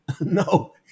No